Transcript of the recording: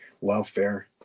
welfare